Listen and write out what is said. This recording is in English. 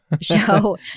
show